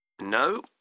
No